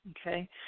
okay